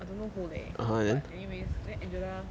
I don't know who leh but anyways then angela